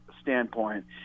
standpoint